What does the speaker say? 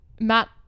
Matt